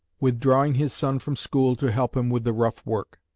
withdrawing his son from school to help him with the rough work.